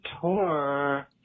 tour